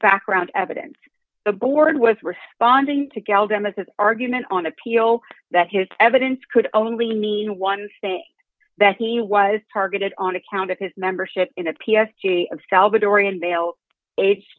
background evidence the board was responding to gal democrat argument on appeal that his evidence could only mean one thing that he was targeted on account of his membership in a piece of salvadorian male age